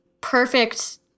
perfect